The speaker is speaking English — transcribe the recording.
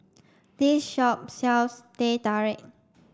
this shop sells Teh Tarik